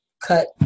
Cut